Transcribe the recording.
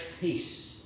peace